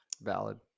Valid